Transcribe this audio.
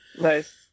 Nice